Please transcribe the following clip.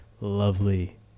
lovely